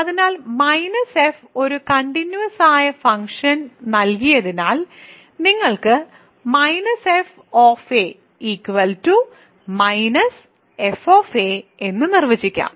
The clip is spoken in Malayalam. അതിനാൽ f ഒരു കണ്ടിന്യൂസ് ആയ ഫംഗ്ഷൻ നൽകിയതിനാൽ നിങ്ങൾക്ക് f എന്ന് നിർവചിക്കാം